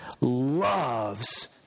loves